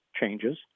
changes